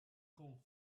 cold